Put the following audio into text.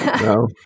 No